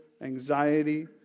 anxiety